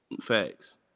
Facts